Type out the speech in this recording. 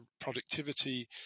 Productivity